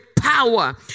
power